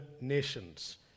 nations